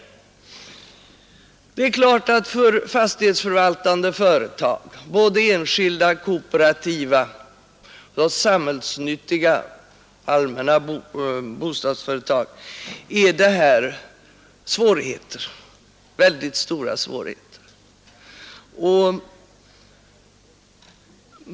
Det är klart att för fastighetsförvaltande företag — enskilda, kooperativa och allmännyttiga bostadsföretag — medför skuldökningen stora svårigheter.